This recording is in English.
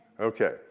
Okay